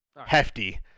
hefty